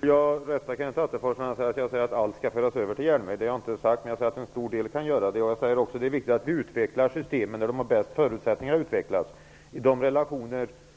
Herr talman! Jag vill rätta Kenneth Attefors, som menade att jag hade sagt att allt skall föras över till järnväg. Det har jag inte sagt, men jag har framhållit att en stor del kan överföras till järnväg. Jag har också sagt att det är viktigt att utveckla systemen där de har de bästa förutsättningarna att utvecklas.